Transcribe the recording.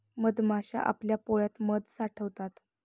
मधमाश्या आपल्या पोळ्यात मध साठवतात